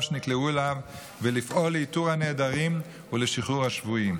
שנקלעו אליו ולפעול לאיתור הנעדרים ולשחרור השבויים.